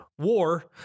war